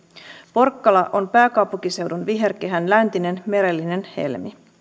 porkkala on pääkaupunkiseudun viherkehän läntinen merellinen helmi